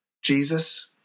Jesus